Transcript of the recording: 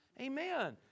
amen